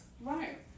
Right